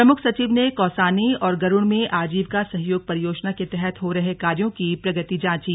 प्रमुख सचिव ने कौसानी और गरुड़ में आजीविका सहयोग परियोजना के तहत हो रहे कार्यों की प्रगति जांची